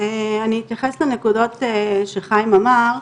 אני אתייחס לנקודות שחיים אמר.